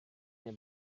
nie